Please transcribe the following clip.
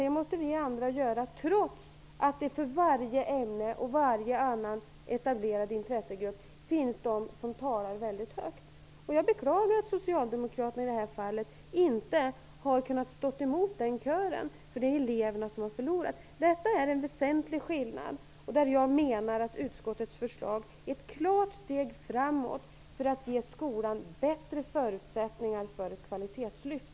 Det måste vi andra göra, trots att det för varje ämne och varje annan etablerad intressegrupp finns de som talar mycket högt. Jag beklagar att Socialdemokraterna i detta fall inte har kunnat stå emot den kören. Det är eleverna som har förlorat. Detta är en väsentlig punkt där jag menar att utskottets förslag är ett klart steg framåt för att ge skolan bättre förutsättningar för ett kvalitetslyft.